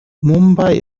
mumbai